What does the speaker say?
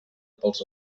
pels